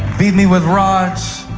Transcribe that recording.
beat me with rods.